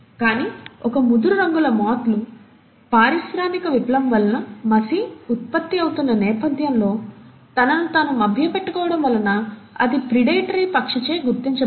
కానీ ఒక ముదురు రంగుల మాత్ లు పారిశ్రామిక విప్లవం వలన మసి ఉత్పత్తి అవుతున్న నేపథ్యంలో తనను తాను మభ్యపెట్టుకోవడంవలన అది ప్రెడేటరీ పక్షిచే గుర్తించబడదు